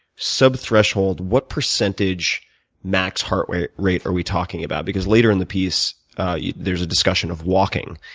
subthreshold, what percentage max heart rate rate are we talking about? because later in the piece there's a discussion of walking,